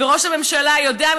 וראש הממשלה יודע,